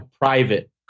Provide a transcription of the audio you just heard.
private